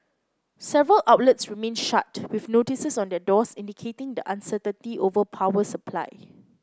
several outlets remained shut with notices on their doors indicating the uncertainty over power supply